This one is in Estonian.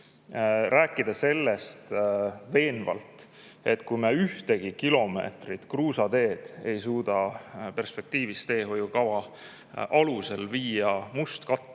Rääkida veenvalt – kui me ühtegi kilomeetrit kruusateed ei suuda perspektiivis teehoiukava alusel viia mustkatte